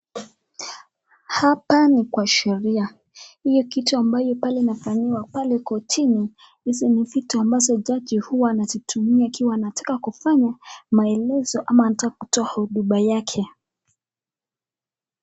Hapa ni kwa sheria, hio kitu ambayo pale inafanyiwa pale kortini, hizi ni vitu ambavyo jaji hua anazitumia akitaka kufanya maelezo ama anataka kutoa huduba yake.